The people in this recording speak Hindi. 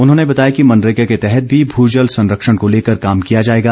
उन्होंने बताया कि मनरेगा के तहत भी भूजल संरक्षण को लेकर काम किया जाएगा